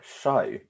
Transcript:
show